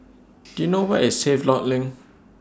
Do YOU know Where IS Havelock LINK